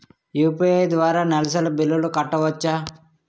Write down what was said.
UPI ద్వారా నెలసరి బిల్లులు కట్టవచ్చా?